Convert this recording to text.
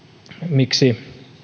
miksi